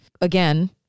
Again